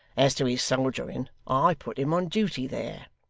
as to his soldiering, i put him on duty there